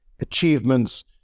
achievements